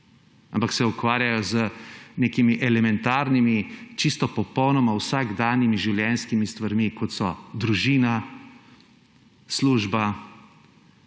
ampak se ukvarjajo z nekimi elementarnimi, čisto vsakdanjimi življenjskimi stvarmi, kot so družina, služba,